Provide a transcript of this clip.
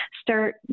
start